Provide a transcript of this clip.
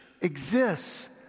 exists